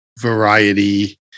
variety